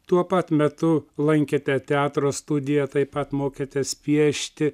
tuo pat metu lankėte teatro studiją taip pat mokėtės piešti